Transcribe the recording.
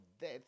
death